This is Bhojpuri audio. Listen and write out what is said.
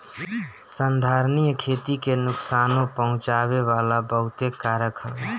संधारनीय खेती के नुकसानो पहुँचावे वाला बहुते कारक हवे